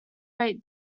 rate